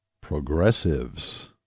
progressives